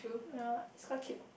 ya it's quite cute